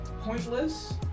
pointless